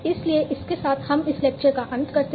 इसलिए इसके साथ हम इस लेक्चर का अंत करते हैं